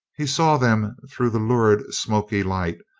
he saw them through the lurid, smoky light,